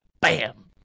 bam